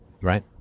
Right